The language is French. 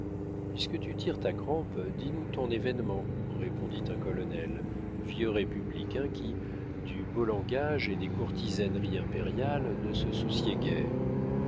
puisque tu tires ta crampe dis-nous ton événement répondit un colonel vieux républicain qui du beau langage et des courtisaneries impériales ne se souciait guère